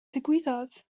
ddigwyddodd